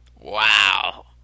Wow